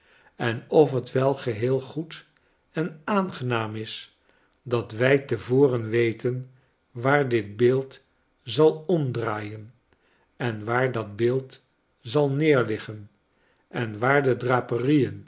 en of het wel geheel goed en aangenaam is dat wij te voren weten waar dit beeld zal omdraaien en waar dat beeld zal neerliggen en waar de